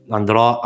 andrò